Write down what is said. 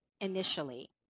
initially